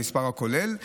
המספר הכולל.